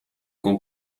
con